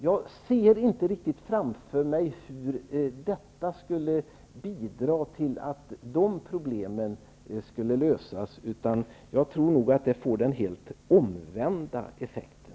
Jag kan inte riktigt se hur detta skulle bidra till att problemen löses. Jag tror att det får den helt motsatta effekten.